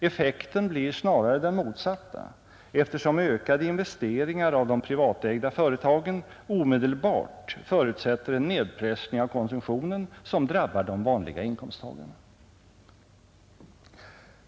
Effekten blir snarare den motsatta, eftersom ökade investeringar av de privatägda företagen omedelbart förutsätter en nedpressning av konsumtionen som drabbar de vanliga inkomsttagarna.